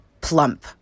plump